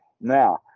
Now